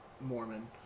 Mormon